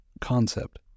concept